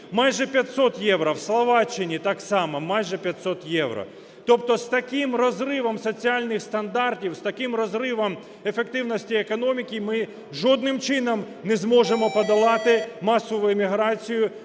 майже 500 євро, в Словаччині – так само, майже 500 євро. Тобто з таким розривом соціальних стандартів, з таким розривом ефективності економіки ми жодним чином не зможемо подолати масову імміграцію,